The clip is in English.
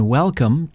welcome